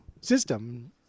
system